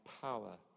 power